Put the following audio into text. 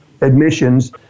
admissions